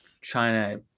China